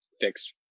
fix